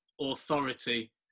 authority